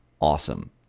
Awesome